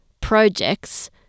projects